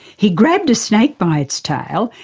he grabbed a snake by its tail,